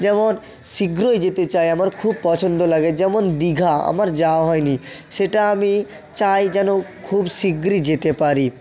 যেমন শীঘ্রই যেতে চাই আমার খুব পছন্দ লাগে যেমন দীঘা আমার যাওয়া হয় নি সেটা আমি চাই যেন খুব শিগগিরি যেতে পারি